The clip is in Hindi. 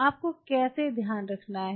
आपको कैसे ध्यान में रखना है